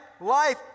life